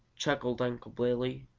chuckled unc' billy.